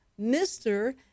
mr